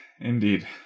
Indeed